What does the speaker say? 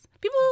People